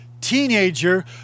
teenager